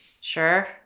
Sure